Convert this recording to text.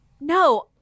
No